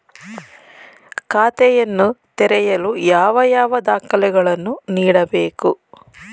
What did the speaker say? ಖಾತೆಯನ್ನು ತೆರೆಯಲು ಯಾವ ಯಾವ ದಾಖಲೆಗಳನ್ನು ನೀಡಬೇಕು?